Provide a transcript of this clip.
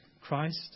Christ